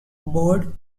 board